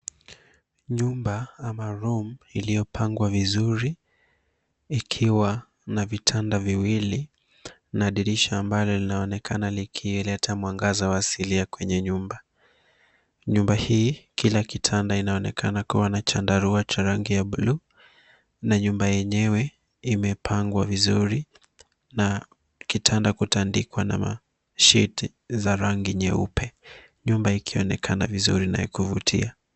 Nyumba ama room iliyopangwa vizuri ikiwa na vitanda viwili na dirisha ambalo linaonekana likileta mwangaza wa asilia kwenye nyumba. Nyumba hii, kila kitanda kinaonekana kuwa na chandarua cha rangi ya bluu na nyumba yenyewe imepangwa vizuri na kitanda kutandikwa na mashiti za rangi nyeupe, nyumba ikionekana vizuri na ya kuvutia.